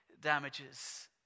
damages